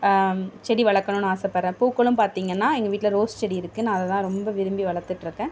செடி வளர்க்கணும்னு ஆசைப்படுறேன் பூக்களும் பார்த்தீங்கன்னா எங்கள் வீட்டில் ரோஸ் செடி இருக்கு நான் அத தான் ரொம்ப விரும்பி வளர்த்துட்ருக்கேன்